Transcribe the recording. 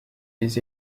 des